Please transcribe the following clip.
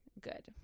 good